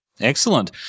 Excellent